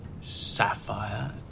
sapphire